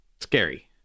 scary